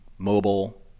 mobile